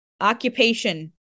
Occupation